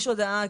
יש הודעה,